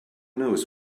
knows